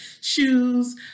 shoes